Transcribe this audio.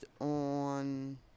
on